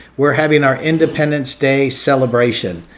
we're having our independence day celebration.